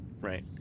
right